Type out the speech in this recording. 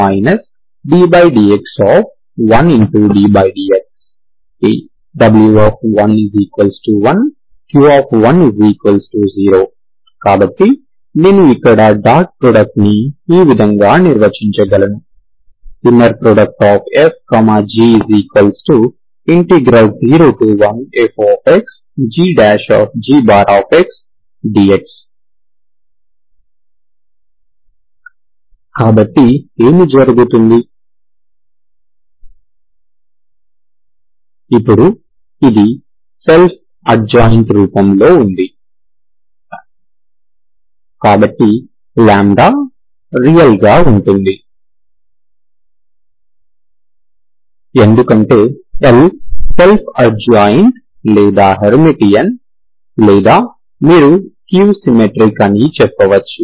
ddx w11 q10 కాబట్టి నేను ఇక్కడ డాట్ ప్రోడక్ట్ ని ఈ విధంగా నిర్వచించగలను fg≔01fgdx కాబట్టి ఏమి జరుగుతుంది ఇప్పుడు అది సెల్ఫ్ అడ్జాయింట్ రూపంలో ఉంది కాబట్టి λ రియల్ గా ఉంటుంది ఎందుకంటే L సెల్ఫ్ అడ్జాయింట్ లేదా హెర్మిటియన్ లేదా మీరు స్క్యూ సిమెట్రిక్ అని చెప్పవచ్చు